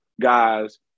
guys